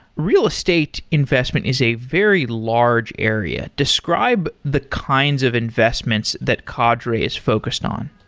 real estate investment is a very large area. describe the kinds of investments that cadre is focused on.